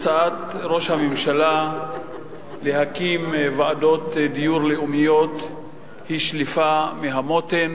שהצעת ראש הממשלה להקים ועדות דיור לאומיות היא שליפה מהמותן,